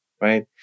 right